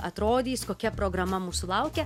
atrodys kokia programa mūsų laukia